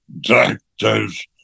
doctors